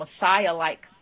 messiah-like